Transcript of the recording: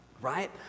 right